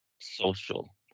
social